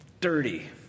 dirty